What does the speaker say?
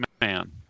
Man